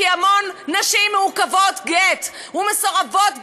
כי המון נשים מעוכבות גט ומסורבות גט.